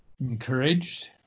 encouraged